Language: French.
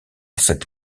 cette